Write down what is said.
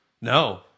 No